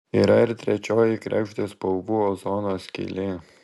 yra ir trečioji kregždės spalvų ozono skylė